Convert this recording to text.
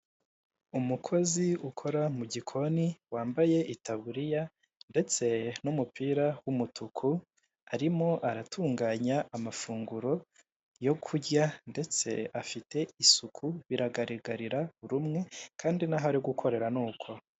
Umukozi ukora mu gikoni, wambaye itaburiya ndetse n'umupira w'umutuku, arimo aratunganya amafunguro yo kurya ndetse afite isuku biragaragarira buri umwe kandi n'aho ari gukorera nuko.